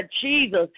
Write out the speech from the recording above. Jesus